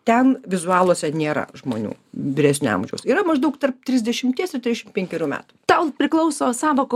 ten vizualuose nėra žmonių vyresnio amžiaus yra maždaug tarp trisdešimties ir trisdešimt penkerių metų tau priklauso sąvoka